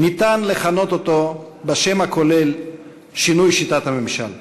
ניתן לכנות אותו בשם הכולל "שינוי שיטת הממשל".